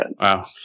Wow